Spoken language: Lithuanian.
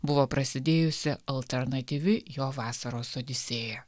buvo prasidėjusi alternatyvi jo vasaros odisėja